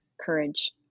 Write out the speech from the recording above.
courage